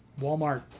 walmart